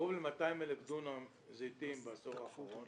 קרוב ל-200,000 דונם זיתים בעשור האחרון